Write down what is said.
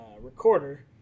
recorder